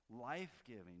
life-giving